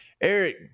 Eric